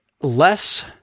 less